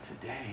today